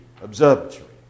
observatory